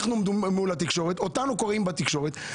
אנחנו עומדים מול התקשורת ואותנו קורעים בתקשורת.